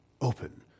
open